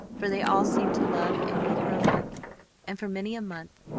for they all seemed to love and need her alike and for many a month,